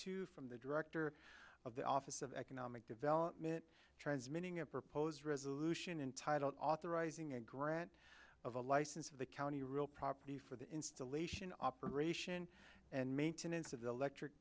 two from the director of the office of economic development transmitting a proposed resolution entitled authorizing a grant of a license of the county real property for the installation operation and maintenance of the electric